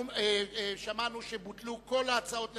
שמענו שבוטלו כל ההצעות לחלופין.